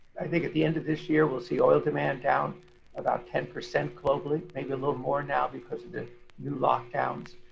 at the end of this year we'll see oil demand down about ten percent globally maybe a little more now because of the new lockdowns.